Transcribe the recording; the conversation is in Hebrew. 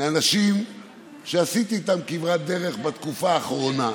מאנשים שעשיתי איתם כברת בתקופה האחרונה.